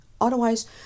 Otherwise